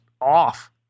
off